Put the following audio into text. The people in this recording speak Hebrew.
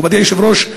מכובדי היושב-ראש,